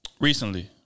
recently